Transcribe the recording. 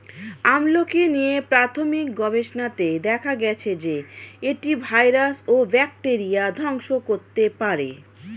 আমলকী নিয়ে প্রাথমিক গবেষণাতে দেখা গেছে যে, এটি ভাইরাস ও ব্যাকটেরিয়া ধ্বংস করতে পারে